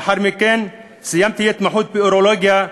לאחר מכן סיימתי התמחות באורולוגיה,